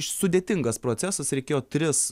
sudėtingas procesas reikėjo tris